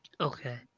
Okay